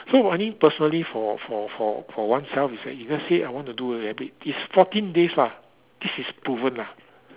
so I think personally for for for for oneself is if let's say I want to do it abit it's fourteen days lah this is proven ah